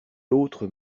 l’autre